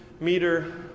meter